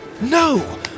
No